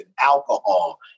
alcohol